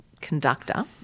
conductor –